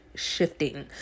shifting